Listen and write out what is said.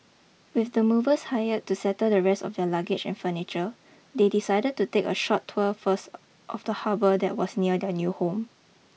with the movers hired to settle the rest of their luggage and furniture they decided to take a short tour first of the harbour that was near their new home